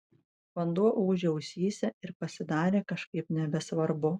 vanduo ūžė ausyse ir pasidarė kažkaip nebesvarbu